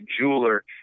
jeweler